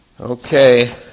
Okay